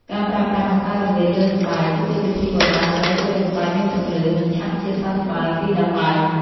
ការប្រើប្រាស់ម្សៅរមៀតលើស្បែក គឺជាវិធីបុរាណដើម្បីជួយឱ្យស្បែកមានពន្លឺ និងឆាប់ជាសះស្បើយពីដំបៅ។